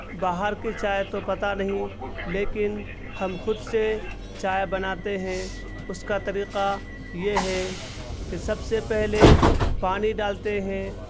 باہر کی چائے تو پتا نہیں لیکن ہم خود سے چائے بناتے ہیں اس کا طریقہ یہ ہے کہ سب سے پہلے پانی ڈالتے ہیں